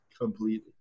completely